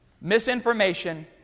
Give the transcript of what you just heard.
misinformation